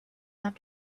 have